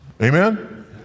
Amen